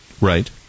Right